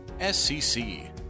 SCC